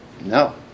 No